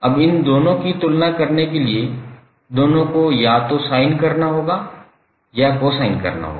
अब इन दोनों की तुलना करने के लिए दोनों को या तो sin करना होगा या cosine होगा